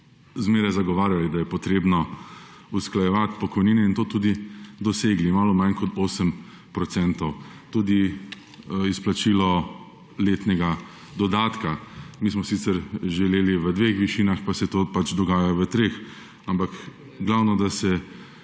zmeraj zagovarjali, da je treba usklajevati pokojnine, in to tudi dosegli, malo manj kot 8 %. Tudi izplačilo letnega dodatka. Mi smo sicer želeli v dveh višinah, pa se to pač dogaja v treh, ampak glavno, da se